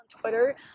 Twitter